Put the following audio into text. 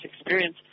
experience